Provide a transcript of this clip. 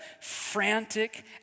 frantic